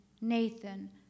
Nathan